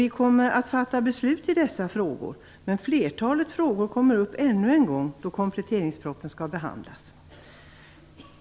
Vi kommer att fatta beslut i dessa frågor, men flertalet frågor kommer upp ännu en gång då kompletteringspropositionen skall behandlas.